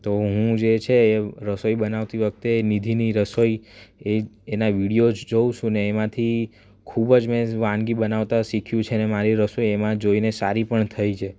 તો હું જે છે એ રસોઈ બનાવતી વખતે એ નિધિની રસોઈ એ એના વિડીઓસ જોઉં છું ને એમાંથી ખૂબ જ મેં વાનગી બનાવતા શીખ્યું છે અને મારી રસોઈ એમાં જોઈને સારી પણ થઈ છે